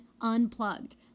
unplugged